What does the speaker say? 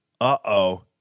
Uh-oh